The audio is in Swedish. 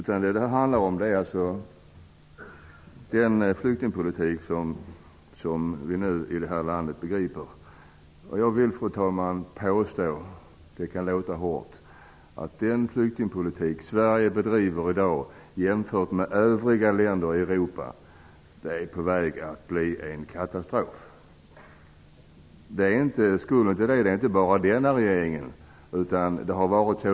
Vad det handlar om är den flyktingpolitik som vi bedriver i vårt land. Även om det kan låta hårt vill jag, fru talman, påstå att den flyktingpolitik som Sverige bedriver i dag, jämfört med den som bedrivs i övriga länder i Europa, är på väg att bli en katastrof. Skulden för det är inte bara denna regerings, utan det har länge varit så.